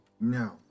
No